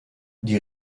die